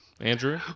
Andrew